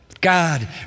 God